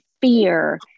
fear